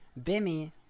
Bimmy